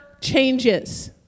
changes